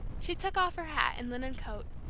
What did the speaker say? she took off her hat and linen coat,